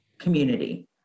community